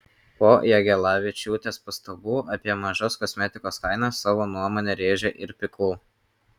po jagelavičiūtės pastabų apie mažas kosmetikos kainas savo nuomonę rėžė ir pikul